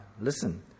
listen